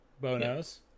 bonos